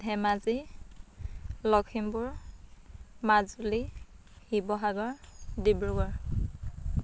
Dhemaji Lakhimpur Majuli Sivasagar Dibrugarh